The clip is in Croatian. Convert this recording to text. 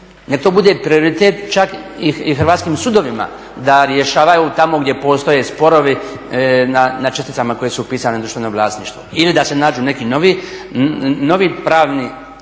Neka to bude prioritet čak i hrvatskim sudovima da rješavaju tamo gdje postoje sporovi na česticama koje su upisane u društveno vlasništvo ili da se nađu neki novi pravni